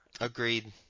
Agreed